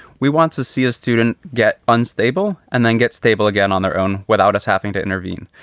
we want to see a student get unstable and then get stable again on their own without us having to intervene.